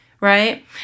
right